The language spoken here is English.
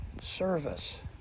service